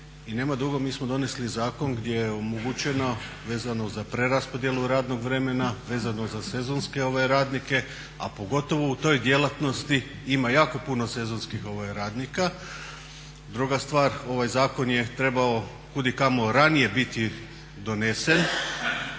i nema drugog mi smo donesli zakon gdje je omogućeno vezano za preraspodjelu radnog vremena, vezano za sa sezonske radnike a pogotovo u toj djelatnosti ima jako puno sezonskih radnika. Druga stvar ovaj zakon je trebao kudikamo ranije biti donesen